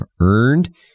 earned